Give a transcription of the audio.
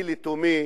אני לתומי